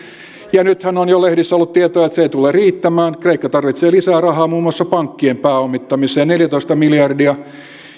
ja nythän on jo lehdissä ollut tietoa että se ei tule riittämään kreikka tarvitsee lisää rahaa muun muassa pankkien pääomittamiseen neljätoista miljardia